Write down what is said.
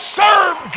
serve